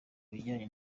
bijyanye